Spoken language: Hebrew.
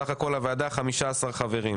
סך הכול לוועדה 15 חברים.